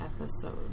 episode